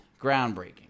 Groundbreaking